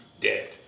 dead